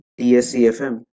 tscfm